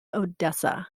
odessa